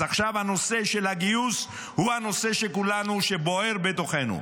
אז עכשיו נושא הגיוס הוא הנושא שבוער בתוכנו.